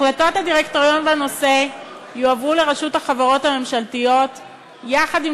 החלטות הדירקטוריון בנושא יועברו לרשות החברות הממשלתיות יחד עם